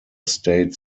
state